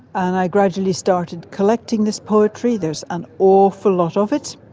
and i gradually started collecting this poetry, there is an awful lot of it,